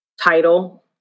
title